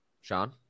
Sean